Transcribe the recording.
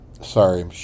sorry